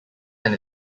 than